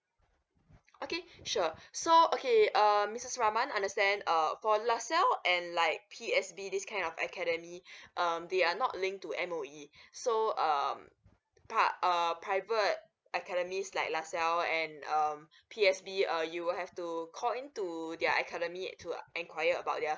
okay sure so okay err missus rahman understand err for la salle and like P_S_B these kind of academy um they are not linked to M_O_E so (um part err private academies like la salle and um P_S_B uh you will have to call in to their academy to uh enquiry about their